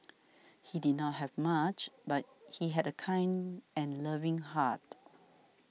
he did not have much but he had a kind and loving heart